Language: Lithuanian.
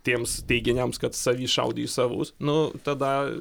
tiems teiginiams kad savi šaudė į savus nu tada